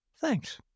Thanks